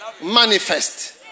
manifest